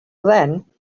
then